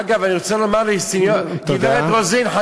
אגב, אני רוצה להגיד לגברת רוזין, תודה.